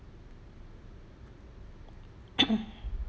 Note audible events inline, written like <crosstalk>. <noise>